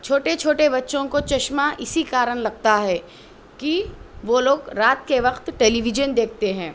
چھوٹے چھوٹے بچوں کو چشمہ اسی کارن لگتا ہے کہ وہ لوگ رات کے وقت ٹیلی ویژن دیکھتے ہیں